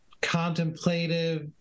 contemplative